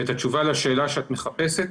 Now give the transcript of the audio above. את התשובה לשאלה שאת מחפשת,